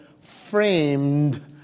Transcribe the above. framed